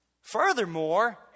Furthermore